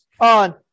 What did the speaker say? on